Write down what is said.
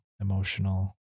emotional